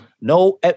no